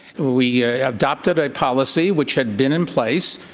we adopted a policy which had been in place,